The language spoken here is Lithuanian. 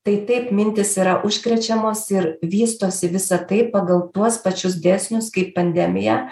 tai taip mintys yra užkrečiamos ir vystosi visa tai pagal tuos pačius dėsnius kaip pandemija